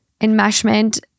enmeshment